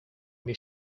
your